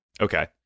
Okay